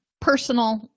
personal